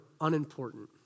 unimportant